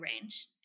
range